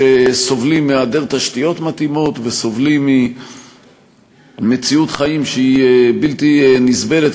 שסובלים מהיעדר תשתיות מתאימות וסובלים ממציאות חיים שהיא בלתי נסבלת,